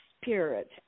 spirit